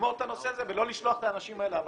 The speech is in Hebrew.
ולגמור את הנושא הזה ולא לשלוח את האנשים האלה הביתה.